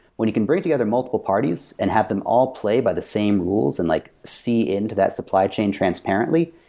when you can bring it together multiple parties and have them all play by the same rules and like see into that supply chain transparently,